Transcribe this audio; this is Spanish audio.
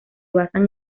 basan